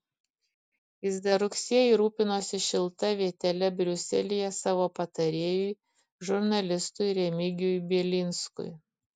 jis dar rugsėjį rūpinosi šilta vietele briuselyje savo patarėjui žurnalistui remigijui bielinskui